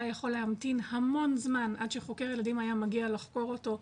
יכול להמתין המון זמן עד שחוקר ילדים היה מגיע לחקור אותו,